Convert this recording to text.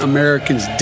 Americans